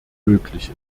möglich